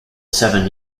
seven